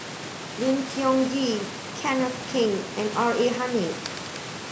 Lim Tiong Ghee Kenneth Keng and R A Hamid